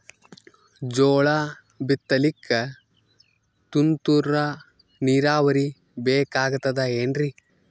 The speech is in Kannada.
ಜೋಳ ಬಿತಲಿಕ ತುಂತುರ ನೀರಾವರಿ ಬೇಕಾಗತದ ಏನ್ರೀ?